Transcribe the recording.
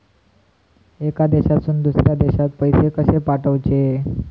एका देशातून दुसऱ्या देशात पैसे कशे पाठवचे?